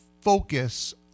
focus